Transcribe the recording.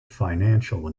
financial